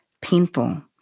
painful